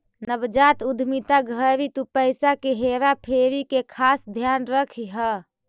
नवजात उद्यमिता घड़ी तु पईसा के हेरा फेरी के खास ध्यान रखीह